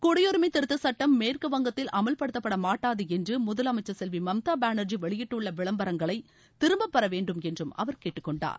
குடியுரினம திருத்தச்சுட்டம் மேற்குவங்கத்தில் அமல்படுத்தப்பட மாட்டாது என்று முதலமைச்சர் செல்வி மம்தா பானர்ஜி வெளியிட்டுள்ள விளம்பரங்களை திரும்பப்பெற வேண்டும் என்று அவர் கேட்டுக்கொண்டார்